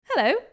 Hello